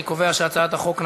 אני קובע שהצעת החוק נפלה.